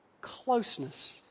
Closeness